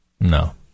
No